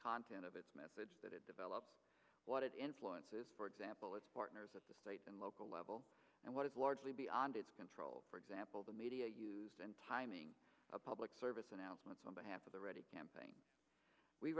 content of its message that it develops what it influences for example it partners of state and local level and what it was beyond its control for example the media use and timing of public service announcements on behalf of the ready campaign we